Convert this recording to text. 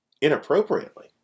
inappropriately